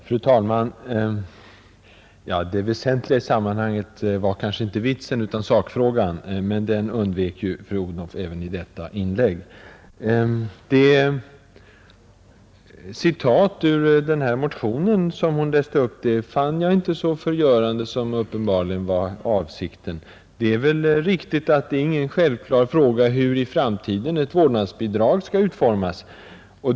Fru talman! Det väsentliga i sammanhanget var kanske inte vitsen utan sakfrågan, men den undvek ju fru Odhnoff även i sitt senaste inlägg. Det citat ur den här motionen som hon läste upp fann jag inte så förgörande som uppenbarligen var avsikten, Det är väl riktigt att det inte är en självklar fråga hur ett vårdnadsbidrag skall utformas i framtiden.